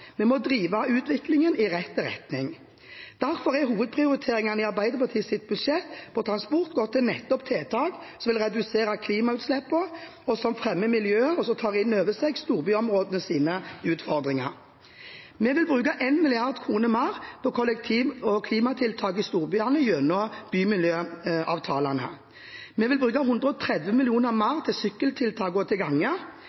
vi må gjøre det nå. Vi må drive utviklingen i rett retning. Derfor er hovedprioriteringene i Arbeiderpartiets transportbudsjett nettopp tiltak som vil redusere klimautslippene, som fremmer miljøet, og som tar innover seg storbyområdenes utfordringer. Vi vil bruke 1 mrd. kr mer på kollektiv- og klimatiltak i storbyene gjennom bymiljøavtalene. Vi vil bruke 130